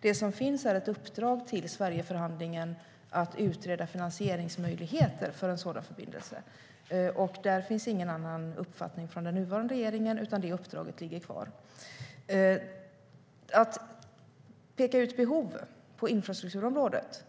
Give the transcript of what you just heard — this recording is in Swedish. Det som finns är ett uppdrag till Sverigeförhandlingen att utreda finansieringsmöjligheter för en sådan förbindelse. Där finns det ingen annan uppfattning hos den nuvarande regeringen, utan det uppdraget ligger kvar. Att peka ut behov på infrastrukturområdet,